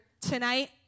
tonight